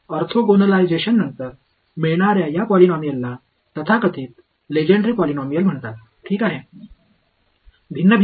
ஆர்த்தோகோனலைசேஷனுக்குப் பிறகு நீங்கள் பெறும் இந்த பாலினாமியல்கள் லெஜெண்ட்ரே பாலினாமியல்கள் என்று அழைக்கப்படுகின்றன